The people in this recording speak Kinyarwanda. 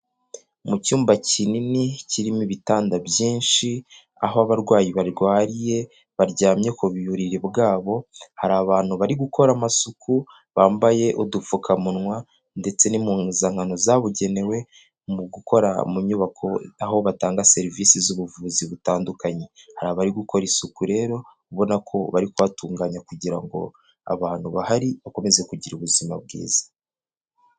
Mu cyumba kinini kirimo ibitanda byinshi, aho abarwayi barwariye, baryamye ku buririri bwabo, hari abantu bari gukora amasuku bambaye udupfukamunwa ndetse n'impuzankano zabugenewe mu gukora mu nyubako aho batanga serivisi z'ubuvuzi butandukanye. Hari abari gukora isuku rero ubona ko bari kuhatunganya kugira ngo abantu bahari bakomeze kugira ubuzima bwiza.